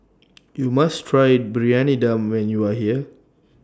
YOU must Try Briyani Dum when YOU Are here